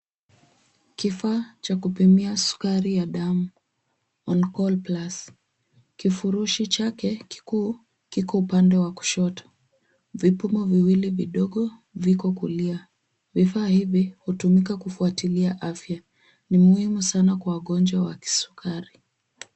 Kifaa cha kupimia sukari ya damu, On Call Plus. Kifurushi chake kikuu kiko upande wa kushoto. Vipimo viwili vidogo viko kulia. Vifaa hivi hutumika kufuatilia afya. Ni muhimu sana kwa wagonjwa wa kisukari.